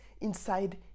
inside